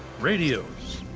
radios,